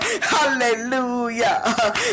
Hallelujah